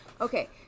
Okay